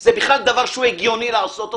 זה בכלל דבר שהוא הגיוני לעשות אותו,